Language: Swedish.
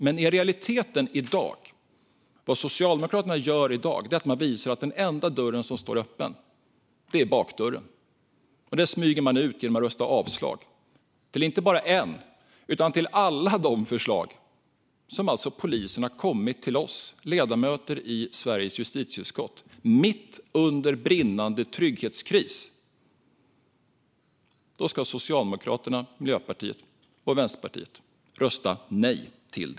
Men vad Socialdemokraterna i realiteten gör i dag är att visa att den enda dörr som står öppen är bakdörren. Där smyger man ut genom att rösta för avslag på inte bara ett utan alla de förslag som polisen har kommit med till oss ledamöter i Sveriges riksdags justitieutskott mitt under brinnande trygghetskris. Dem ska Socialdemokraterna, Miljöpartiet och Vänsterpartiet rösta nej till.